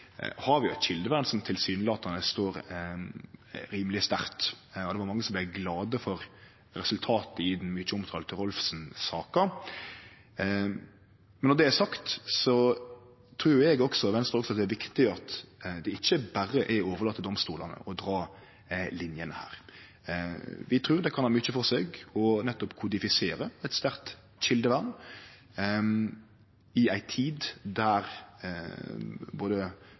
eit kjeldevern som tilsynelatande står rimeleg sterkt. Det var mange som vart glade for resultatet i den mykje omtalte Rolfsen-saka. Når det er sagt, meiner eg og Venstre at det ikkje berre er å overlate til domstolane å dra linjene her. Vi trur det kan ha mykje for seg nettopp å kodifisere eit sterkt kjeldevern i ei tid då både